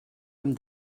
amb